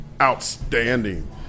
outstanding